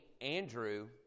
Andrew